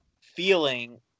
feeling